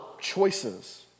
choices